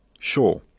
Sure